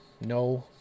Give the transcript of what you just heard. No